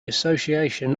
association